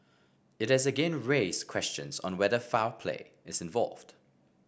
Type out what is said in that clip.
it has again raised questions on whether foul play is involved